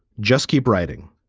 just keep writing.